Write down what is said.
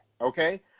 Okay